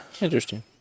Interesting